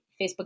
Facebook